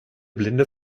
blinde